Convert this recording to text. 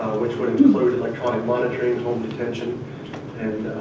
which would would electronic monitoring, home detention and, ah,